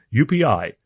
UPI